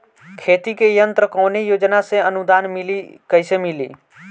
खेती के यंत्र कवने योजना से अनुदान मिली कैसे मिली?